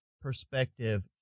perspective